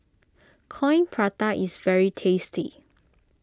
Coin Prata is very tasty